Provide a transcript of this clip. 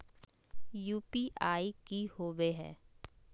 UPI की होवे है?